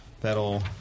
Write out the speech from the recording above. that'll